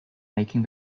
making